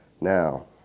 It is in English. Now